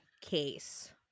case